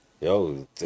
Yo